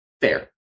fair